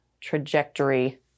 trajectory